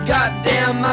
Goddamn